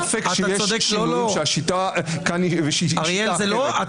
אין ספק שהשיטה כאן היא שיטה אחרת אבל